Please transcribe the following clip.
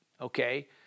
okay